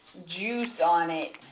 juice on it.